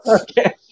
Okay